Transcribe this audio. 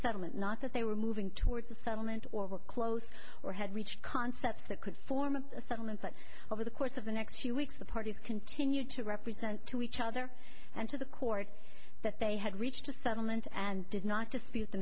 settlement not that they were moving towards a settlement or were close or had reached concepts that could form a settlement but over the course of the next few weeks the parties continued to represent to each other and to the court that they had reached a settlement and did not